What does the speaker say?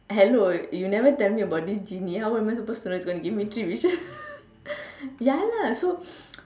hello you never tell me about this genie how am I supposed to know it's gonna give me three wishes ya lah so